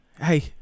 Hey